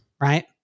right